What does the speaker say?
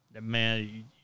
man